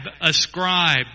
ascribe